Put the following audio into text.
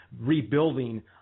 rebuilding